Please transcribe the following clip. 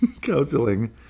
Counseling